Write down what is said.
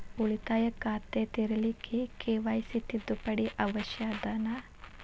ಉಳಿತಾಯ ಖಾತೆ ತೆರಿಲಿಕ್ಕೆ ಕೆ.ವೈ.ಸಿ ತಿದ್ದುಪಡಿ ಅವಶ್ಯ ಅದನಾ?